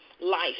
life